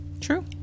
True